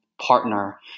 partner